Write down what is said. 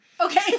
Okay